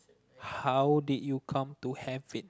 how did you come to have it